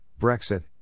Brexit